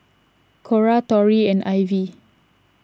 Cora Tory and Ivy